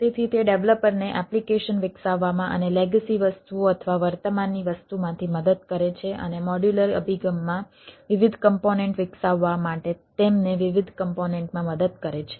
તેથી તે ડેવલપરને એપ્લિકેશન વિકસાવવામાં અને લેગસી વસ્તુઓ અથવા વર્તમાનની વસ્તુમાંથી મદદ કરે છે અને મોડ્યુલર અભિગમમાં વિવિધ કમ્પોનેન્ટ વિકસાવવા માટે તેમને વિવિધ કમ્પોનેન્ટમાં મદદ કરે છે